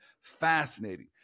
fascinating